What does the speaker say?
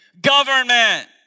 Government